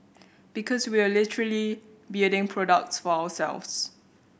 because we are literally building products for ourselves